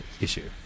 issue